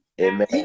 Amen